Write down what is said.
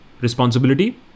responsibility